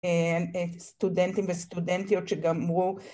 ‫סטודנטים וסטודנטיות שגמרו.